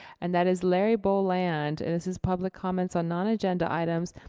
and that is larry boland, and this is public comments on non-agenda items.